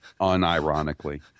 Unironically